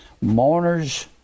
Mourner's